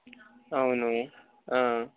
అవును